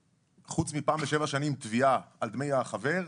וחוץ מתביעה פעם בשבע שנים על דמי החבר,